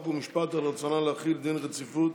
חוק ומשפט על רצונה להחיל דין רציפות